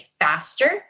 faster